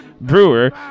Brewer